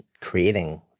creating